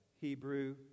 hebrew